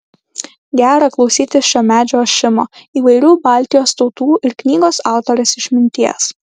gera klausytis šio medžio ošimo įvairių baltijos tautų ir knygos autorės išminties